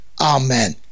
Amen